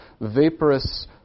vaporous